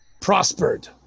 prospered